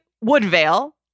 Woodvale